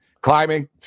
climbing